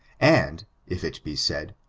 and, if it be said,